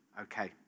Okay